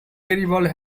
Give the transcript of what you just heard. terrible